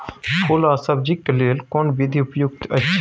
फूल आ सब्जीक लेल कोन विधी उपयुक्त अछि?